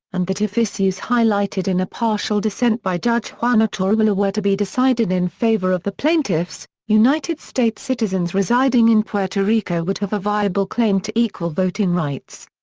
and that if issues highlighted in a partial dissent by judge juan r. torruella were to be decided in favor of the plaintiffs, united states citizens residing in puerto rico would have a viable claim to equal voting rights.